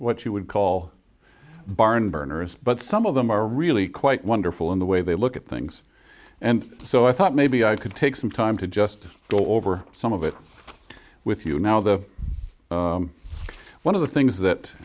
what you would call barnburner is but some of them are really quite wonderful in the way they look at things and so i thought maybe i could take some time to just go over some of it with you now the one of the things